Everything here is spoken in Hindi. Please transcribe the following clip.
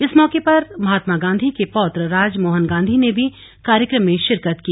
इस मौके पर महात्मा गांधी के पौत्र राजमोहन गांधी ने भी कार्यक्रम में शिरकत की